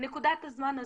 בנקודת הזמן הזאת,